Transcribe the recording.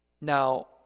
Now